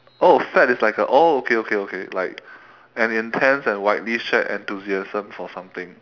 oh fad is like a oh okay okay okay like an intense and widely shared enthusiasm for something